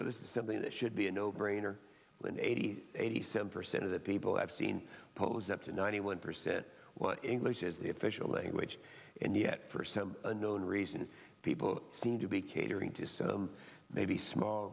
is something that should be a no brainer and eighty eighty seven percent of the people i've seen posts up to ninety one percent english is the official language and yet for some unknown reason people seem to be catering to some maybe small